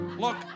Look